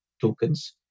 tokens